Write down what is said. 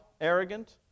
arrogant